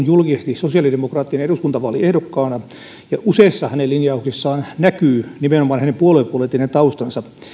julkisesti sosiaalidemokraattien eduskuntavaaliehdokkaana ja useissa hänen linjauksissaan näkyy nimenomaan hänen puoluepoliittinen taustansa nyt